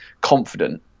confident